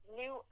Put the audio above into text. new